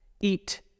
eat